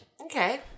Okay